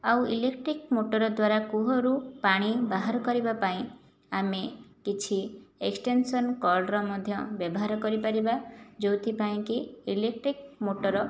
ଆଉ electric motor ଦ୍ୱାରା କୂଅରୁ ପାଣି ବାହାର କରିବା ପାଇଁ ଆମେ କିଛି ଏକ୍ଷ୍ଟେନ୍ସନ୍ କର୍ଡ଼ର ମଧ୍ୟ ବ୍ୟବହାର କରିପାରିବା ଯେଉଁଥିପାଇଁକି ଇଲେକ୍ଟ୍ରିକ୍ ମୋଟର